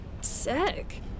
Sick